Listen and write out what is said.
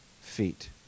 feet